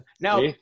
Now